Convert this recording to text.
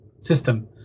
system